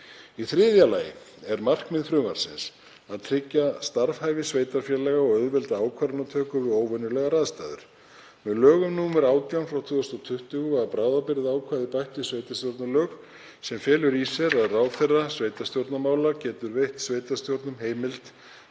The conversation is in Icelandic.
Í þriðja lagi er markmið frumvarpsins að tryggja starfhæfi sveitarfélaga og auðvelda ákvarðanatöku við óvenjulegar aðstæður. Með lögum nr. 18/2020 var bráðabirgðaákvæði bætt við sveitarstjórnarlög sem felur í sér að ráðherra sveitarstjórnarmála getur veitt sveitarstjórnum heimild